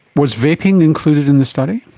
was vaping included in the study?